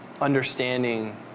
understanding